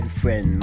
friend